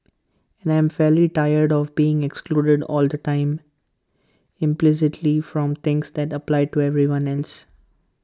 and I'm fairly tired of being excluded all the time implicitly from things that apply to everyone else